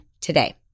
today